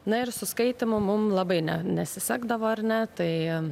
na ir su skaitymu mum labai ne nesisekdavo ar ne tai